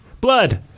blood